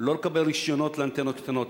לא לקבל רשיונות לאנטנות קטנות,